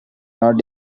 not